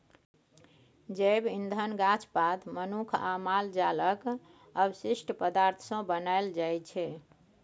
जैब इंधन गाछ पात, मनुख आ माल जालक अवशिष्ट पदार्थ सँ बनाएल जाइ छै